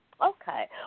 Okay